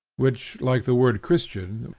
which, like the word christian,